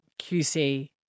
QC